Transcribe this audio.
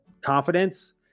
confidence